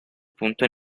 punto